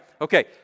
Okay